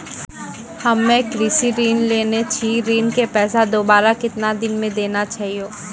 हम्मे कृषि ऋण लेने छी ऋण के पैसा दोबारा कितना दिन मे देना छै यो?